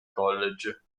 college